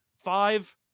Five